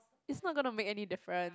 it's not gonna make any difference